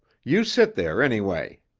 you sit there anyway.